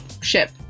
ship